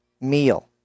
meal